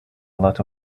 lot